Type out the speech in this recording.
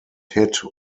hit